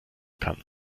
kann